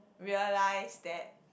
realize that